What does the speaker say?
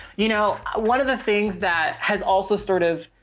you know, one of the things that has also sort of,